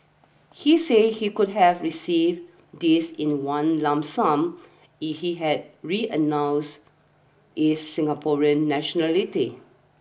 he said he would have received this in one lump sum he had renounced his Singaporean nationality